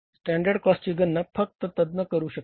standard कॉस्टची गणना फक्त तज्ञ करू शकतात